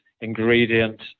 ingredient